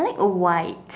I like a white